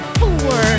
four